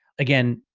again,